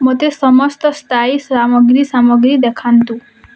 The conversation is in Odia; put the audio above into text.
ମୋତେ ସମସ୍ତ ସ୍ଥାୟୀ ସାମଗ୍ରୀ ସାମଗ୍ରୀ ଦେଖାନ୍ତୁ